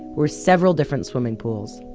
were several different swimming pools,